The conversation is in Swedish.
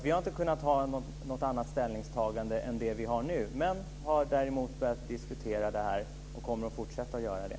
Vi har inte kunnat göra något annat ställningstagande än det vi har nu, men vi har börjat diskutera detta och kommer att fortsätta att göra det.